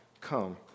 come